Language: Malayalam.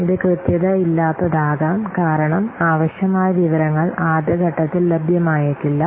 ഇത് കൃത്യതയില്ലാത്തതാകാം കാരണം ആവശ്യമായ വിവരങ്ങൾ ആദ്യ ഘട്ടത്തിൽ ലഭ്യമായേക്കില്ല